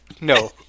no